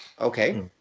okay